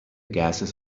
gases